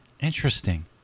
interesting